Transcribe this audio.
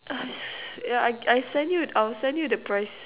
yeah I I send you I'll send you the price